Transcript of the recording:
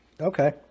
Okay